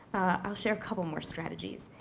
i'll share a couple more strategies.